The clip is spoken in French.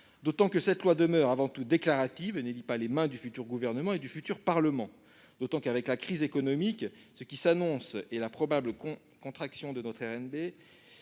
d'autant que cette loi est avant tout déclarative et ne lie pas les mains du futur gouvernement et du futur Parlement. Au demeurant, avec la crise économique qui s'annonce et la probable contraction de notre RNB,